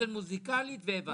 משרד הבריאות מבצע הכשרות כאלה?